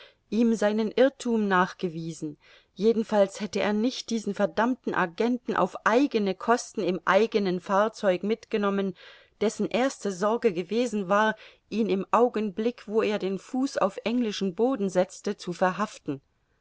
ihm seinen irrthum nachgewiesen jedenfalls hätte er nicht diesen verdammten agenten auf eigene kosten im eigenen fahrzeug mitgenommen dessen erste sorge gewesen war ihn im augenblick wo er den fuß auf englischen boden setzte zu verhaften